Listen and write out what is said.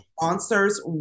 sponsors